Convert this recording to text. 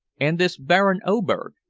and this baron oberg?